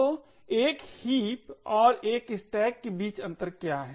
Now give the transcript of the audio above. तो एक हीप और एक स्टैक के बीच अंतर क्या है